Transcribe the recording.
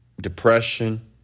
depression